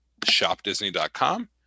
shopdisney.com